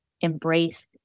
embrace